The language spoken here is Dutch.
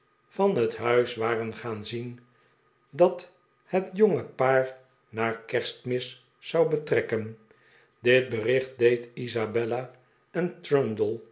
van het huis waren gaan zien dat het jonge paar na kerstmis zou betrekken dit bericht deed isabella en trundle